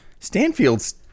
stanfields